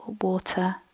water